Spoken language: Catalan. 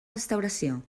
restauració